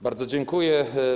Bardzo dziękuję.